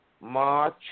march